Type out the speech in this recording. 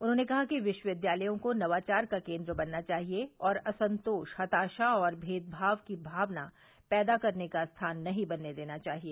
उन्होंने कहा कि विश्वविद्यालयों को नवाचार का केन्द्र बनना चाहिए और असंतोष हताशा और भेदभाव की भावना पैदा करने का स्थान नहीं बनने देना चाहिए